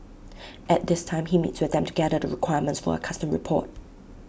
at this time he meets with them to gather the requirements for A custom report